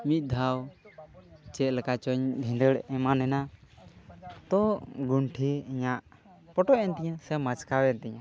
ᱢᱤᱫ ᱢᱤᱫ ᱫᱷᱟᱣ ᱪᱮᱫ ᱞᱮᱠᱟ ᱪᱚᱧ ᱵᱷᱮᱸᱸᱫᱟᱹᱲ ᱮᱢᱟᱱ ᱛᱚ ᱜᱩᱴᱷᱤ ᱤᱧᱟᱜ ᱯᱚᱴᱚᱭ ᱮᱱ ᱛᱤᱧᱟᱹ ᱥᱮ ᱢᱟᱪ ᱠᱟᱣ ᱮᱱ ᱛᱤᱧᱟ